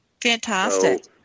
Fantastic